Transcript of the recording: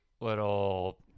little